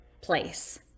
place